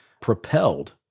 propelled